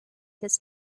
his